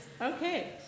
Okay